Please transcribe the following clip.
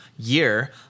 year